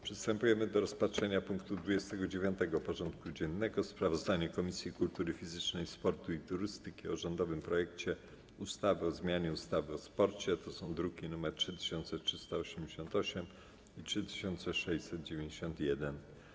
Przystępujemy do rozpatrzenia punktu 29. porządku dziennego: Sprawozdanie Komisji Kultury Fizycznej, Sportu i Turystyki o rządowym projekcie ustawy o zmianie ustawy o sporcie (druki nr 3388 i 3691)